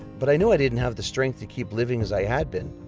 but i knew i didn't have the strength to keep living as i had been.